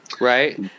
right